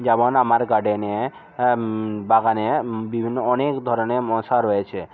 যেমন আমার গার্ডেনে বাগানে বিভিন্ন অনেক ধরনের মশা রয়েছে